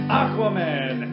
aquaman